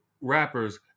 rappers